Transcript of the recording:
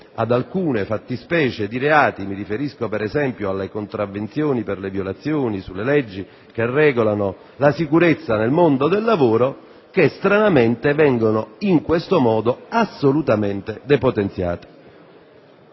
ad altre fattispecie di reati (mi riferisco per esempio alle contravvenzioni per le violazioni sulle leggi che regolano la sicurezza nel mondo del lavoro) che stranamente vengono in questo modo assolutamente depotenziate.